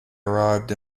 arrived